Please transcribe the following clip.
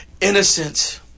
innocent